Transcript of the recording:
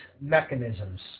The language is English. mechanisms